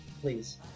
Please